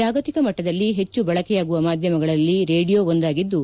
ಜಾಗತಿಕ ಮಟ್ಟದಲ್ಲಿ ಹೆಚ್ಚು ಬಳಕೆಯಾಗುವ ಮಾಧ್ಯಮಗಳಲ್ಲಿ ರೇಡಿಯೊ ಒಂದಾಗಿದ್ದು